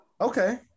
Okay